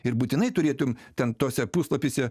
ir būtinai turėtum ten tuose puslapiuose